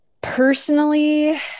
personally